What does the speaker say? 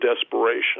desperation